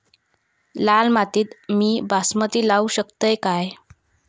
लाल मातीत मी बासमती लावू शकतय काय?